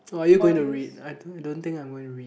or are you going to read I don't I don't think I'm going to read